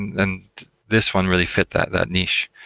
and this one really fit that that niche.